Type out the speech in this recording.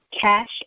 cash